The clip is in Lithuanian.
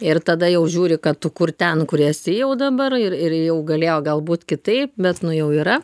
ir tada jau žiūri kad tu kur ten kur esi jau dabar ir ir jau galėjo galbūt kitai bet nu jau yra